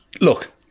look